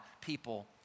people